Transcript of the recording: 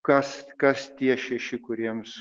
kas kas tie šeši kuriems